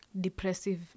Depressive